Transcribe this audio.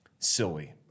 silly